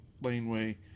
laneway